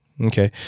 Okay